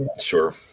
Sure